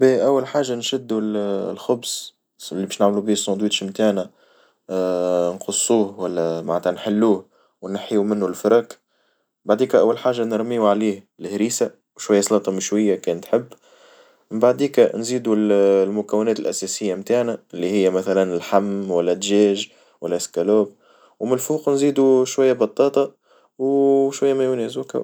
أول حاجة نشدو الخبز اللي باش نعملو بيه الساندويتش نتاعنا، نقصوه ولا معنتها نحلوه ونحييو منو الفراك، بعديكا أول حاجة نرموه و عليه الهريسة، وشوية سلاطة مشوية كيما تحب، بعديكا نزيدو المكونات الأساسية متاعنا اللي هي مثلًا الحم وألا دجاج وألا سكالوب ومن فوقه نزيدو شوية بطاطا وشوية مايونيز وكو.